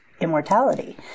immortality